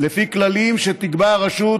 לפי כללים שתקבע הרשות,